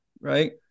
right